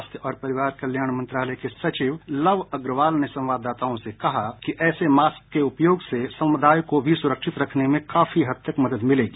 स्वास्थ्य और परिवार कल्याण मंत्रालय के संयुक्त सचिव लव अग्रवाल ने संवाददाताओं से कहा कि ऐसे मास्क के उपयोग से समुदाय को भी सुरक्षित रखने में काफी हद तक मदद मिलेगी